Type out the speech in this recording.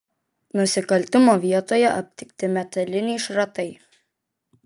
nusikaltimo vietoje aptikti metaliniai šratai